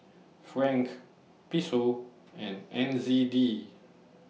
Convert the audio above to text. Franc Peso and N Z D